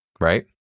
right